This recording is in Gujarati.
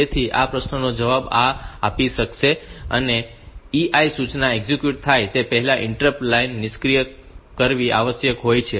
તેથી આ પ્રશ્નનો જવાબ આ રીતે આપી શકાય છે કે EI સૂચના એક્ઝિક્યુટ થાય તે પહેલાં ઇન્ટરપ્ટ લાઇન નિષ્ક્રિય કરવી આવશ્યક હોય છે